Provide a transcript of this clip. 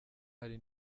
hari